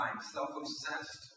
self-obsessed